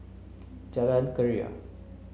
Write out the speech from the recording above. Jalan Keria